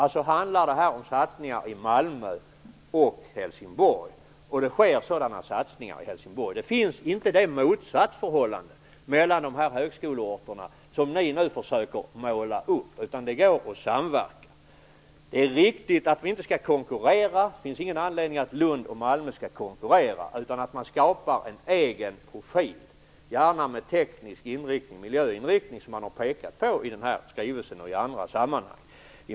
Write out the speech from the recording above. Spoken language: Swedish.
Alltså handlar det här om satsningar i Malmö och Helsingborg. Det sker sådana satsningar i Helsingborg. Det finns inte något sådant motsatsförhållande mellan de här högskoleorterna som ni nu försöker måla upp, utan det går att samverka. Det är riktigt att de inte skall konkurrera - det finns ingen anledning för Lund och Malmö att konkurrera, utan man skapar en egen profil i Malmö, gärna med teknisk inriktning, miljöinriktning, som man har pekat på i skrivelsen och i andra sammanhang.